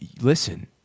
Listen